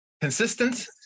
consistent